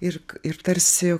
ir ir tarsi